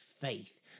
faith